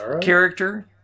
character